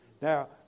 Now